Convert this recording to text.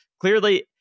clearly